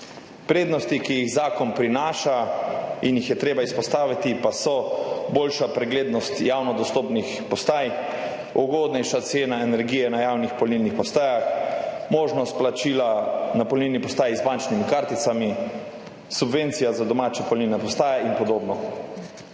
Prednosti, ki jih zakon prinaša in jih je treba izpostaviti, pa so boljša preglednost javno dostopnih postaj, ugodnejša cena energije na javnih polnilnih postajah, možnost plačila z bančnimi karticami na polnilnih postajah, subvencija za domače polnilne postaje in podobno.